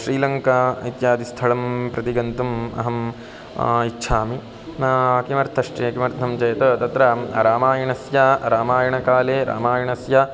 श्रीलङ्का इत्यादि स्थलं प्रति गन्तुम् अहम् इच्छामि किमर्थञ्चेत् किमर्थं चेत् तत्र रामायणस्य रामायणकाले रामायणस्य